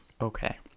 okay